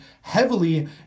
heavily